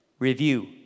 Review